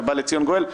ובא לציון גואל.